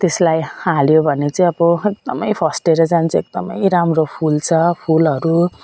त्यसलाई हाल्यो भने चाहिँ अब एकदम फस्टाएर जान्छ एकदम राम्रो फुल्छ फुलहरू